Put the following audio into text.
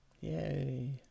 Yay